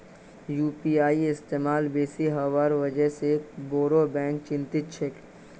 UPI इस्तमाल बेसी हबार वजह से बोरो बैंक चिंतित छोक